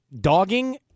dogging